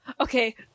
okay